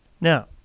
now